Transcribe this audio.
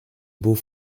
beau